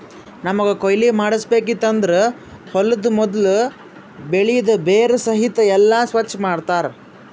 ನಮ್ಮಗ್ ಕೊಯ್ಲಿ ಮಾಡ್ಸಬೇಕಿತ್ತು ಅಂದುರ್ ಹೊಲದು ಮೊದುಲ್ ಬೆಳಿದು ಬೇರ ಸಹಿತ್ ಎಲ್ಲಾ ಸ್ವಚ್ ಮಾಡ್ತರ್